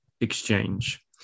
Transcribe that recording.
exchange